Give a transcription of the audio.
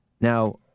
Now